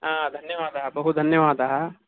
आ धन्यवादः बहु धन्यवादः